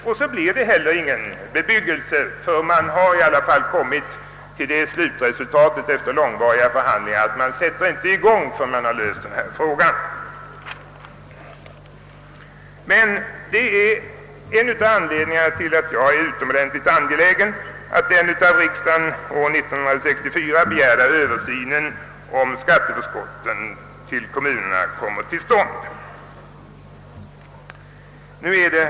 Och så blir det heller ingen bebyggelse, ty efter långvariga förhandlingar har man kommit till det resultatet, att det hela inte går att sätta i gång förrän frågan om finansieringen blivit löst. Detta är en av anledningarna till att jag är utomordenligt angelägen om att den av riksdagen år 1964 begärda översynen av skatteförskotten till kommunerna kommer till stånd.